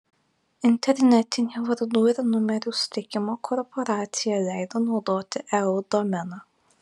internetinė vardų ir numerių suteikimo korporacija leido naudoti eu domeną